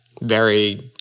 very-